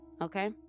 Okay